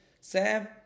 Sam